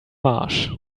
marsh